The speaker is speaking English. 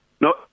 No